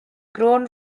grown